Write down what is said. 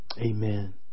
amen